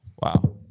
Wow